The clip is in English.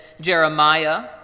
Jeremiah